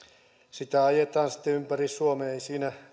sitä ajetaan sitten ympäri suomea ei siinä